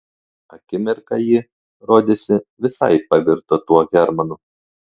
akimirką ji rodėsi visai pavirto tuo hermanu